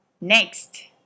next